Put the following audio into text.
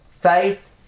faith